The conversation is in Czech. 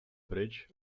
pryč